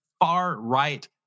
far-right